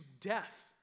death